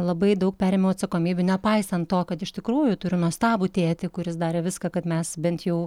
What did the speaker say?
labai daug perėmiau atsakomybių nepaisant to kad iš tikrųjų turiu nuostabų tėtį kuris darė viską kad mes bent jau